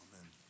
Amen